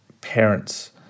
parents